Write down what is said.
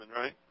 right